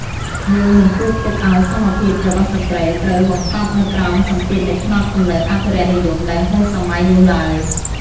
យើងមិនគួរទុកឱ្យសមត្ថភាពរបស់ស្ត្រីត្រូវបង្កប់នៅក្រោមសម្ពាធនៃផ្នត់គំនិតអភិរក្សនិយមដែលហួសសម័យនោះឡើយ។